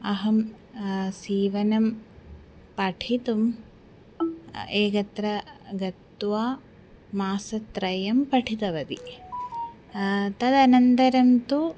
अहं सीवनं पठितुम् एकत्र गत्वा मासत्रयं पठितवती तदनन्तरं तु